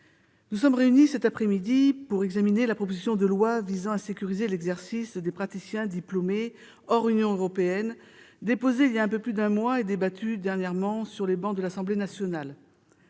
nous sommes réunis cet après-midi pour examiner la proposition de loi visant à sécuriser l'exercice des praticiens diplômés hors Union européenne, déposée il y a un peu plus d'un mois et débattue dernièrement sur les bancs de l'Assemblée nationale.